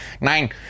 Nine